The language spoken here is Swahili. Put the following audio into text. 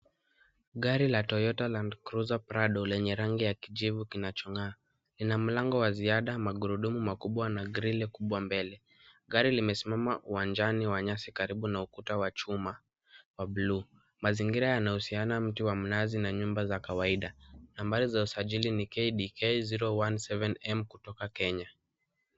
Gari la Toyota Grandcrusser Prado yenye rangi ya kijivu kinachong'aa, ina mlango wa ziada, magurudumu makubwa na grili kubwa mbele. Gari limesimama uwanjani kwa nyasi, karibu na ukuta wa chuma wa bluu. Mazingira yanahusiana mti wa mnazi na nyumba za kawaida. Nambari za usajili ni KDK 017 kutoka Kenya.